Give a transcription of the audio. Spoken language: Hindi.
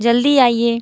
जल्दी आइए